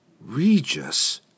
Regis